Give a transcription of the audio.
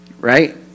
right